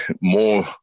more